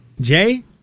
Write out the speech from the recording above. Jay